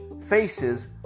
faces